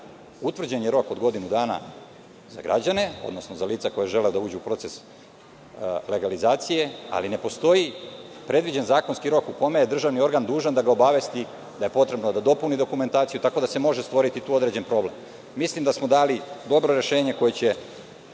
Utvrđen je rok od godinu dana za građane, odnosno za lica koja žele da uđu u proces legalizacije, ali ne postoji predviđen zakonski rok u kome je državni organ dužan da ga obavesti da je potrebno da dopuni dokumentaciju, tako da se može stvoriti tu određen problem. Mislim da smo dali dobro rešenje koje će